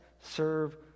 serve